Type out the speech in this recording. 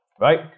right